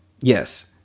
Yes